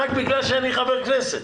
רק בגלל שאני חבר כנסת.